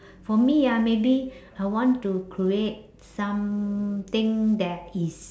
for me ah maybe I want to create something that is